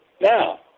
Now